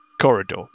corridor